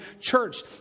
church